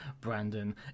Brandon